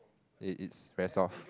it it's very soft